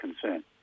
concern